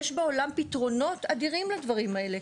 יש בעולם פתרונות אדירים לדברים האלה.